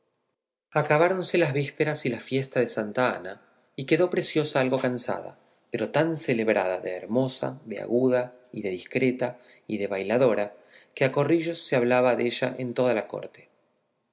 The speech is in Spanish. atán menudó acabáronse las vísperas y la fiesta de santa ana y quedó preciosa algo cansada pero tan celebrada de hermosa de aguda y de discreta y de bailadora que a corrillos se hablaba della en toda la corte